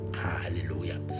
Hallelujah